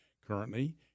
Currently